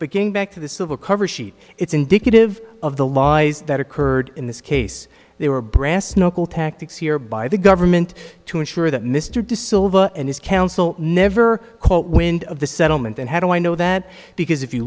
but going back to the civil cover sheet it's indicative of the lies that occurred in this case they were brass knuckles tactics here by the government to ensure that mr de silva and his counsel never caught wind of the settlement and how do i know that because if you